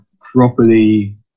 properly